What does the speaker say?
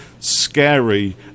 scary